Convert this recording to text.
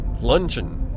luncheon